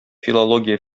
филология